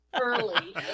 early